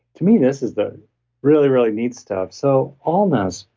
to me, this is the really, really neat stuff. so wholeness,